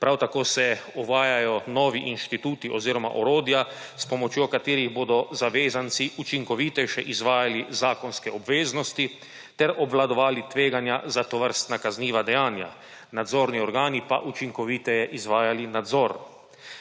Prav tako se uvajajo novi inštituti oziroma orodja, s pomočjo katerih bodo zavezanci učinkovitejše izvajali zakonske obveznosti ter obvladovali tveganja za tovrstna kazniva dejanja; nadzorni organi pa učinkoviteje izvajali nadzor.